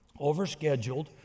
overscheduled